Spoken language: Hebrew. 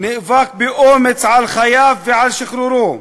נאבק באומץ על חייו ועל שחרורו,